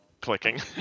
clicking